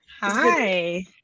Hi